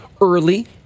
early